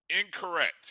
incorrect